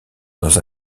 dans